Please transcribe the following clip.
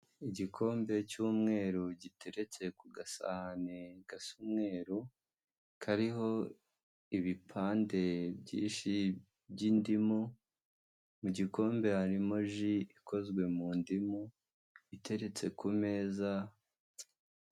Igikombe cy'umweru giteretse ku gasahani gasa umweru kariho ibipande byinshi by'indimu, mu gikombe harimo ji ikozwe mu ndimu iteretse ku meza.